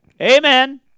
Amen